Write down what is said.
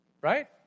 Right